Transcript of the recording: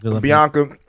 Bianca